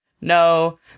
No